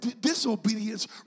disobedience